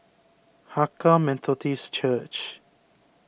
Hakka Methodist Church